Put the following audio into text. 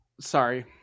Sorry